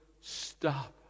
stop